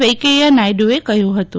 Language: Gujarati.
વૈંકેયા નાયડુએ કહ્યું હતું